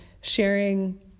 sharing